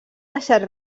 deixat